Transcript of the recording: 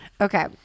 okay